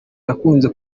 yakunze